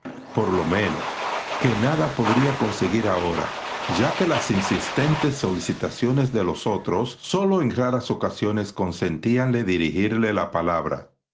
por lo menos que nada podría conseguir ahora ya que las insistentes solicitaciones de los otros sólo en raras ocasiones consentíanle dirigirle la palabra